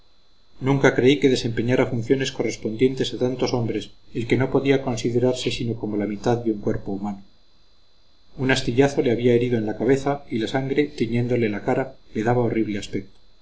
nunca creí que desempeñara funciones correspondientes a tantos hombres el que no podía considerarse sino como la mitad de un cuerpo humano un astillazo le había herido en la cabeza y la sangre tiñéndole la cara le daba horrible aspecto